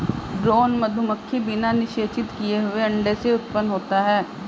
drone मधुमक्खी बिना निषेचित किए हुए अंडे से उत्पन्न होता है